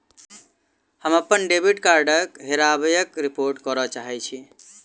हम अप्पन डेबिट कार्डक हेराबयक रिपोर्ट करय चाहइत छि